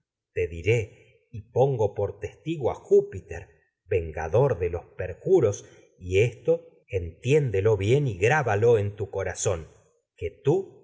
te diré malinten no obstante y pongo por testigo a júpiter vengador de los perjuros y y esto entiéndolo bien esa grábalo en tu corazón que en tú